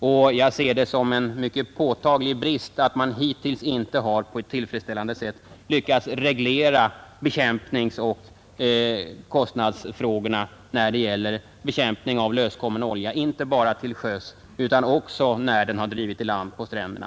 Och jag ser det som en mycket påtaglig brist att man hittills inte har på ett tillfredsställande sätt lyckats reglera bekämpningsoch kostnadsfrågorna när det gäller bekämpning av löskommen olja, inte bara till sjöss utan också, när den har drivit i land, på stränderna.